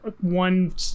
one